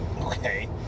Okay